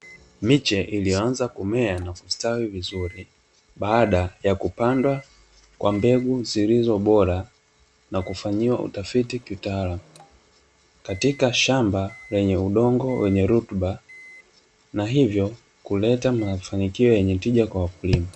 Miche iliyoanza kumea na kustawi vizuri baada ya kupandwa kwa mbegu zilizo bora na kufanyiwa utafiti kitaalamu katika shamba lenye udongo wenye rutuba na hivyo kuleta mafanikio yenye tija kwa wakulima.